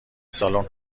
سالن